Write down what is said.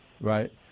right